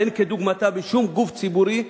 ואין כדוגמתה בשום גוף ציבורי,